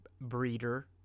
breeder